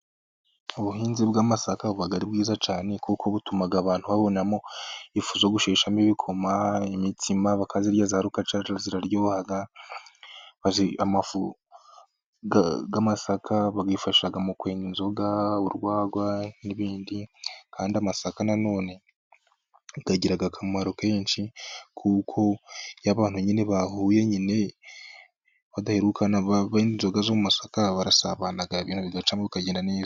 Ubuhinzi bw'amasaka buba ari bwiza cyane, kuko butuma abantu babonamo ifu yo gusheshamo ibikoma, imitsima bakayirya za rukacarara ziraryoha, amasaka abafasha mu kwenga inzoga, urwagwa n'ibindi kandi amasaka bikagira akamaro kenshi, kuko iyo abantu nyine bahuye nyine badaherukana , inzoga zo mu masaka barasabana ibintu bigacamo bikagenda neza.